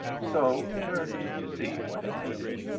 so turned to see what had made it.